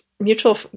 mutual